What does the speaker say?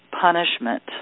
punishment